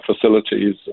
facilities